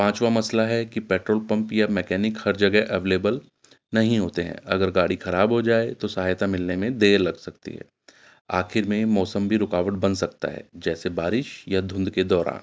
پانچواں مسئلہ ہے کہ پیٹرول پمپ یا مکینک ہر جگہ اویلیبل نہیں ہوتے ہیں اگر گاڑی خراب ہو جائے تو سہایتا ملنے میں دیر لگ سکتی ہے آخر میں موسم بھی رکاوٹ بن سکتا ہے جیسے بارش یا دھند کے دوران